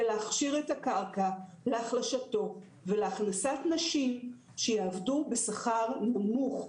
להכשיר את הקרקע להחלשתו ולהכנסת נשים שיעבדו בשכר נמוך,